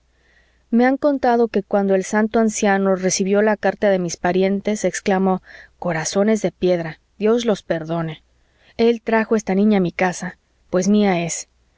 me han contado que cuando el santo anciano recibió la carta de mis parientes exclamó corazones de piedra dios los perdone el trajo esta niña a mi casa pues mía es